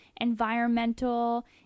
environmental